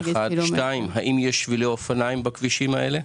שנית, האם יש שבילי אופניים בכבישים האלה?